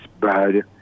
bad